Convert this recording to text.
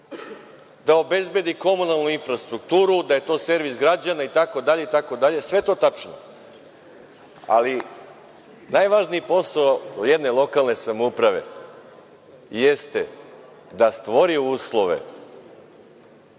da obezbedi komunalnu infrastrukturu, da je to servis građana itd. Sve to je tačno, ali najvažniji posao jedne lokalne samouprave jeste da stvori uslove